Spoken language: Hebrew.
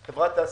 תעשייתיות.